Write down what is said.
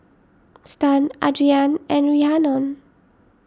Stan Adriane and Rhiannon